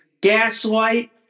gaslight